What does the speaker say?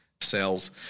cells